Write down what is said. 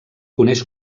coneix